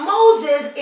Moses